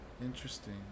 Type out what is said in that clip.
Interesting